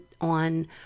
on